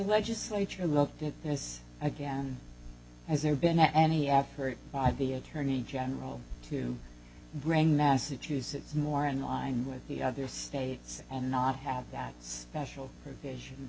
legislature looked at this again has there been any effort by the attorney general to bring massachusetts more in line with the other states and not have that special pro